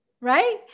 Right